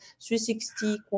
360